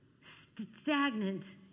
stagnant